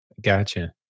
Gotcha